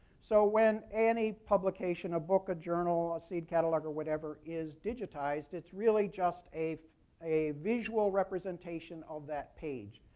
so when any publication a book, a journal, a seed catalog, or whatever is digitized, it's really just a a visual representation of that page.